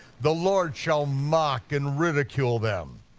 the lord shall mock and ridicule them.